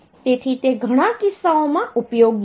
તેથી તે ઘણા કિસ્સાઓમાં ઉપયોગી છે